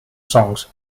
songs